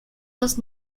dos